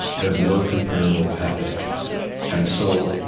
has no comparable ethic and so,